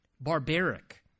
Barbaric